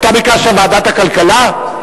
אתה ביקשת ועדת הכלכלה?